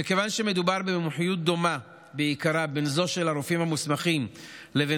מכיוון שמדובר במומחיות דומה בעיקרה בין זו של הרופאים המוסמכים לבין